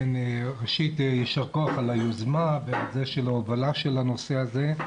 ראשית יישר כח על היוזמה, ועל הובלת הנושא הזה.